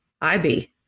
IB